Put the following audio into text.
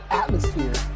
atmosphere